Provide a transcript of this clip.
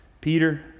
Peter